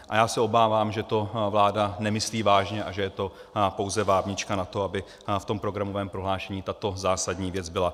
A já se obávám, že to vláda nemyslí vážně a že je to pouze vábnička na to, aby v tom programovém prohlášení tato zásadní věc byla.